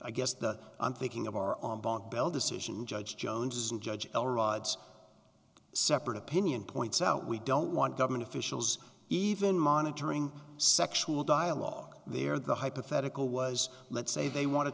i guess the i'm thinking of our own bank bell decision judge jones and judge l rod's separate opinion points out we don't want government officials even monitoring sexual dialogue there the hypothetical was let's say they want to